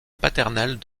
paternelle